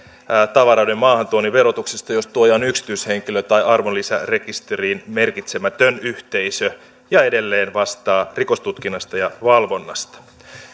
tavaroiden maahantuonnin verotuksesta jos tuoja on yksityishenkilö tai arvonlisärekisteriin merkitsemätön yhteisö ja edelleen vastaa rikostutkinnasta ja valvonnasta